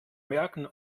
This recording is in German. merken